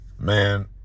Man